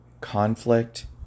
conflict